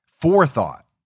forethought